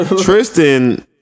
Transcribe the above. Tristan